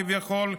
כביכול,